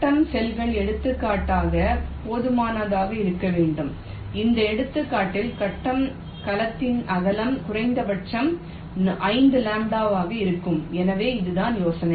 கட்டம் செல்கள் எடுத்துக்காட்டாக போதுமானதாக இருக்க வேண்டும் இந்த எடுத்துக்காட்டில் கட்டம் கலத்தின் அகலம் குறைந்தபட்சம் 5 λ ஆக இருக்கும் எனவே இதுதான் யோசனை